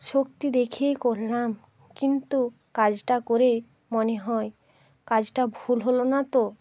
শক্তি দেখিয়েই করলাম কিন্তু কাজটা করে মনে হয় কাজটা ভুল হলো না তো